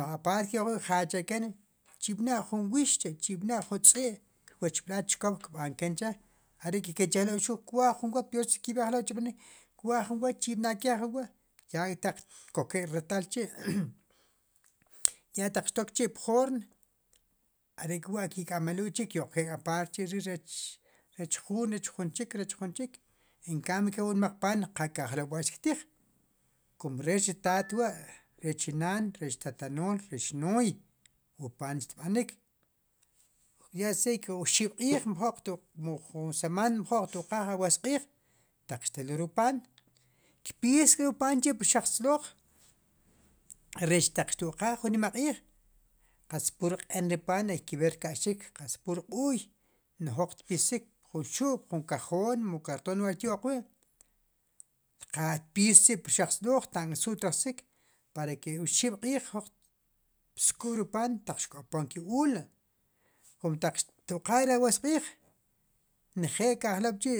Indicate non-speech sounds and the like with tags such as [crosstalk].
Apaart kyo'qwi' ke'jache'keen, chib'na' jun wiix chib'na'jun tz'i' che recb'laal chkop kb'anken, che' arek' keech ajk'lob'xuq kwaajk jun wa' peorsi ki'b'anok ajk'lob' chu rb'anik, kqaaj chi b'naken jun wa' kraaj ataq koken retaak k'chi' [noise] ya taq xtokkchi' pjoorn, are'k'wa' ki'k'ame'luul apaart rech juun rech jun chiik, emcaambio ke wu nmaq paan, qa ke ajk'lob' wa' xtktiij, kum rech re taat wa' rech naan rech tatanool. rech nooy, wu paan xtb'anik, ya sey ke oxib'q'iij mjo'q xto'qajaq, mu ju samaan mjo'q oxto'qaaj owoosq'iij, taq xtluul re wu paan, kpiis re wu paan chi' pu rxaq tz'looj, rech ataq xtu'qaaj, wu nimaq'iij, qatz pue q'en ri paan hayque ver xka'ixik, qatz pur qu'y, no'j jroq xtpisik, pxu'k pu jun kajoon, mu cartoon wa' xtyo'qwi' xtpiis chi' pur rxaq tz'looj, xtyo'qan su't rajsik, para que oxib' q'iij jroq, skuy ri paan ataq xko'pon ke u'la' kun taq oto'qaaj re ri awoosq'iij, njeel ke'ajk'lob' chi'